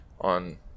on